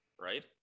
right